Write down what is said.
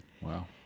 Wow